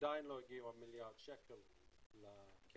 עדיין לא הגיעו מיליארד השקלים לקרן.